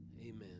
Amen